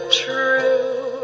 true